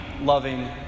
loving